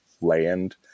land